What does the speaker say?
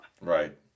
Right